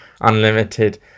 unlimited